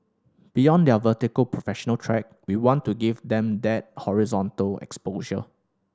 beyond their vertical professional track we want to give them that horizontal exposure